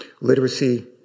Literacy